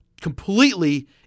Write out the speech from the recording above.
completely